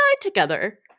together